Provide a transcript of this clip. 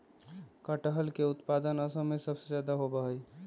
कटहल के उत्पादन असम में सबसे ज्यादा होबा हई